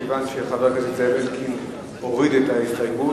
מכיוון שחבר הכנסת אלקין הוריד את ההסתייגות,